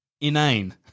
inane